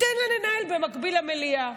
ניתן לה לנהל במקביל למליאה,